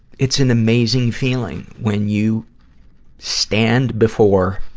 it's an amazing feeling, when you stand before